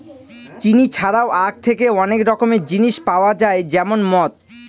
চিনি ছাড়াও আঁখ থেকে অনেক রকমের জিনিস পাওয়া যায় যেমন মদ